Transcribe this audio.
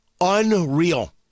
Unreal